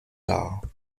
dar